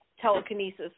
telekinesis